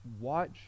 watch